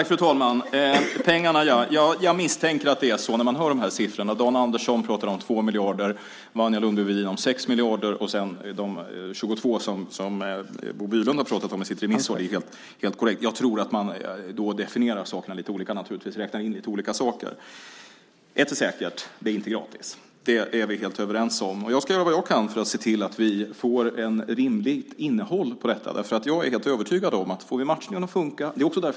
Fru talman! Det nämns lite olika siffror när det gäller pengarna. Dan Andersson pratar om 2 miljarder, Wanja Lundby-Wedin pratar om 6 miljarder, och Bo Bylund nämner i sitt remissvar 22 miljarder. Jag tror att man då har definierat sakerna lite olika och räknat in lite olika saker. Men ett är säkert: Det är inte gratis. Det är vi helt överens om. Jag ska göra vad jag kan för att se till att vi får ett rimligt innehåll i detta. Jag är helt övertygad om att vi måste få matchningen att funka.